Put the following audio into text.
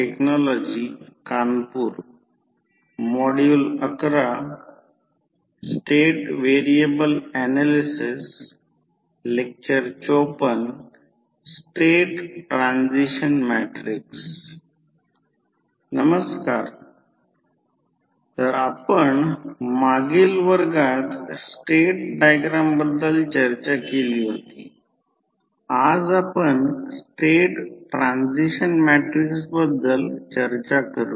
ते फक्त single phase ट्रान्सफॉर्मर्सचा अभ्यास करू आणि यानंतर 3 फेज इंडक्शन मशीन फक्त थोडक्यात पाहू आणि नंतर डीसी मशीन डीसी मोटर्स पाहू